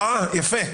אה, יפה.